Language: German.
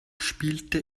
spielte